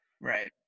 right